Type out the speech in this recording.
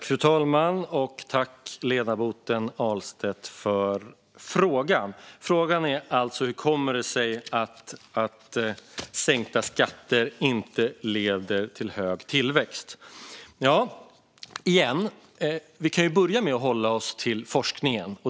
Fru talman! Tack, ledamoten Ahlstedt, för frågan hur det kommer sig att sänkta skatter inte leder till hög tillväxt. Vi kan ju börja med att hålla oss till forskningen.